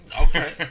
Okay